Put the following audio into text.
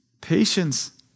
patience